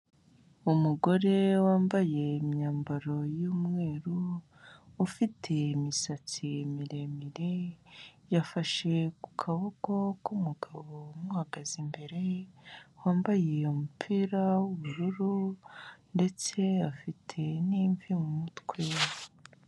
Umugore wambaye imyambaro y'umweru, ufite imisatsi miremire, yafashe ku kaboko k'umugabo umuhagaze imbere, wambaye umupira w'ubururu ndetse afite n'imvi mu mutwe.